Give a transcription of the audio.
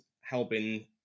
helping